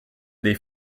dei